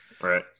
Right